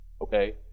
Okay